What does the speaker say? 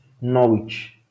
Norwich